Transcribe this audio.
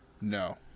No